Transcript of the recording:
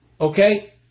Okay